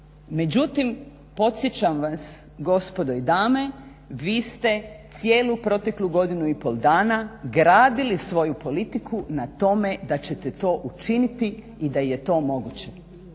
Međutim, podsjećam vas gospodo i dame vi ste cijelu proteklu godinu i pol dana gradili svoju politiku na tome da ćete to učiniti i da je to moguće.